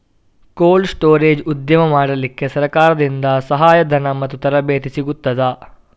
Cold storage ಉದ್ಯಮ ಮಾಡಲಿಕ್ಕೆ ಸರಕಾರದಿಂದ ಸಹಾಯ ಧನ ಮತ್ತು ತರಬೇತಿ ಸಿಗುತ್ತದಾ?